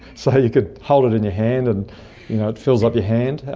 so you can hold it in your hand and you know it fills up your hand.